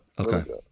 Okay